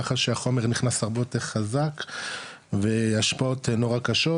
ככה שהחומר נכנס הרבה יותר חזק והשפעות נורא קשות,